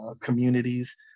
communities